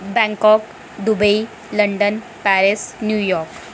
Bangkok Dubai London Paris New York